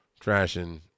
trashing